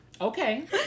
Okay